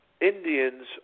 Indians